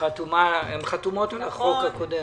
הן חתומות על החוק הקודם.